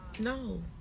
no